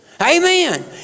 Amen